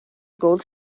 gowl